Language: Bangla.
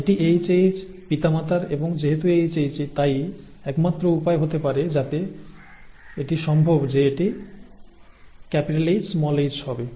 এটি hH পিতামাতার এবং যেহেতু এটি hH তাই একমাত্র উপায় হতে পারে যাতে এটি সম্ভব যে এটি Hh হবে